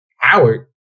Howard